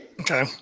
Okay